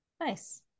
nice